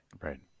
Right